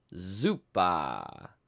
Zupa